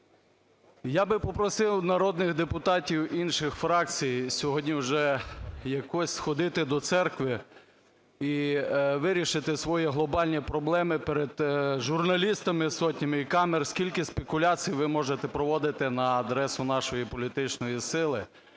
Я би попросив народних депутатів інших фракцій сьогодні вже якось сходити до церкви і вирішити свої глобальні проблеми, перед журналістами сотнями і камер, скільки спекуляцій ви можете проводити на адресу нашої політичної сили.